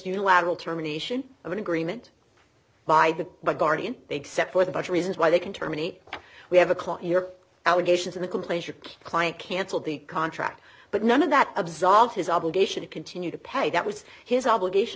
unilateral terminations of an agreement by the guardian except for the budget reasons why they can terminate we have a clause your allegations in the complaint your client cancel the contract but none of that absolves his obligation to continue to pay that was his obligation